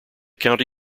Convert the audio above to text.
county